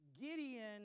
Gideon